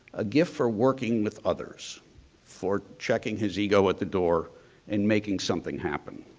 a gift for working with others for checking his ego at the door and making something happen.